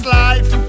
life